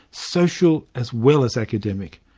social as well as academic.